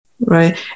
Right